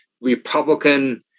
Republican